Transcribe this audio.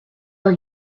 are